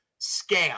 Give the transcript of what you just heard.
Scam